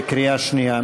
בקריאה שנייה.